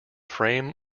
frame